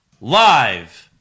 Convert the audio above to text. live